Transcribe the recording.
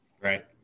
Right